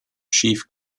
sheaf